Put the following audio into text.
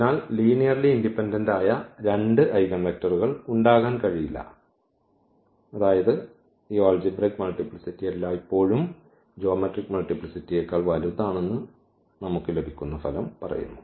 അതിനാൽ linearly independent ആയ രണ്ട് ഐഗൻവെക്ടറുകൾ ഉണ്ടാകാൻ കഴിയില്ല അതായത് ഈ ആൾജിബ്രയ്ക് മൾട്ടിപ്ലിസിറ്റി എല്ലായ്പ്പോഴും ജ്യോമെട്രിക് മൾട്ടിപ്ലിസിറ്റിയേക്കാൾ വലുതാണെന്ന് നമുക്ക് ലഭിക്കുന്ന ഫലം പറയുന്നു